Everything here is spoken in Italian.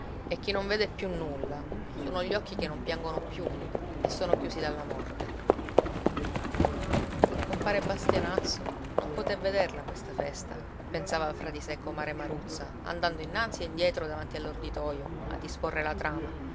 e chi non vede più nulla sono gli occhi che non piangono più e sono chiusi dalla morte compare bastianazzo non poté vederla questa festa pensava fra di sé comare maruzza andando innanzi e indietro davanti all'orditoio a disporre la trama